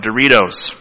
Doritos